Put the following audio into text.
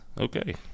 Okay